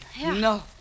no